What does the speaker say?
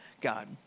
God